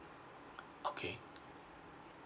okay